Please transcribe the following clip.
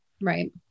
Right